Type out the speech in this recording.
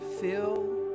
fill